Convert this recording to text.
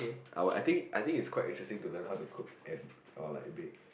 I will I think I think it's quite interesting to learn how to cook and or like bake